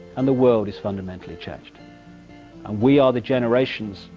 and the world is fundamentally changed. and we are the generations,